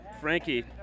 Frankie